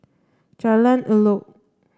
Jalan Elok